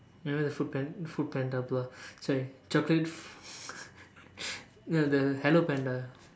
remember the food pan~ foodpanda blah sorry chocolate no the hello panda